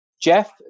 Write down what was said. Jeff